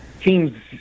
teams –